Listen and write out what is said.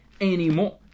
anymore